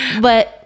But-